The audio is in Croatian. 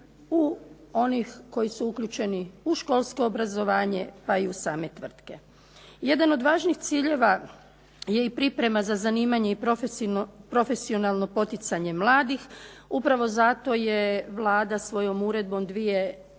u onih koji su uključeni u školsko obrazovanje pa i u same tvrtke. Jedan od važnih ciljeva je i priprema za zanimanje i profesionalno poticanje mladih, upravo zato je Vlada svojom uredbom 2004.